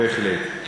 כן, בהחלט.